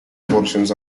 portions